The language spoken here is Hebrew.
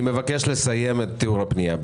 אני מבקש לסיים את תיאור הפנייה.